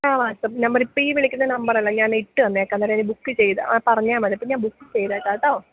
ആ WhatsApp number ഇപ്പം ഈ വിളിക്കുന്ന നമ്പറല്ല ഞാൻ ഇട്ട് തന്നേക്കാം അന്നേരം ബുക്ക് ചെയ്ത് ആ പറഞ്ഞാൽ മതി അപ്പോൾ ഞാൻ ബുക്ക് ചെയ്തേക്കാട്ടോ